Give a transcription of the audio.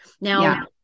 now